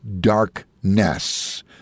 darkness